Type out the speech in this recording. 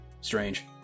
Strange